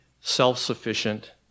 self-sufficient